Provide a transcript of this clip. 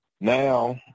now